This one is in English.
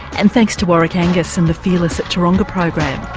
and thanks to warwick angus and the fearless at taronga program.